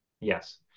Yes